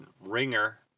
ringer